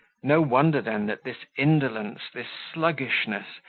no wonder, then, that this indolence, this sluggishness,